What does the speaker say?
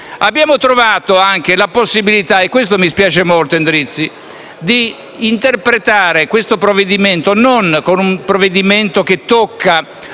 Abbiamo trovato anche l'impossibilità, e questo mi spiace molto, senatore Endrizzi, di interpretare questo provvedimento come un provvedimento che tocca